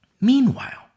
meanwhile